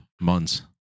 months